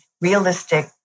realistic